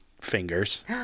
fingers